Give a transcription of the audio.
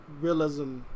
realism